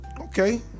Okay